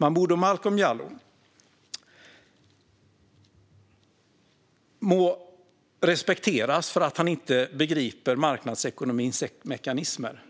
Momodou Malcolm Jallow må respekteras för att han inte begriper marknadsekonomins mekanismer.